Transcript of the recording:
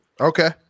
Okay